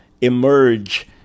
emerge